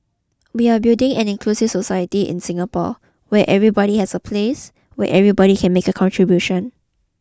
we are building an inclusive society in Singapore where everybody has a place where everybody can make a contribution